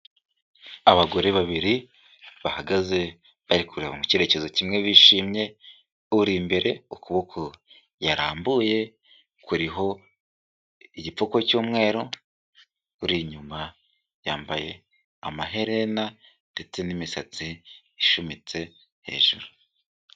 Abagore babiri bahagaze bari kureba mu cyerekezo kimwe bishimye, uri imbere ukuboko yarambuye kuriho igipfuko cy'umweru, uri inyuma yambaye amaherena ndetse n'imisatsi ishumitse hejuru.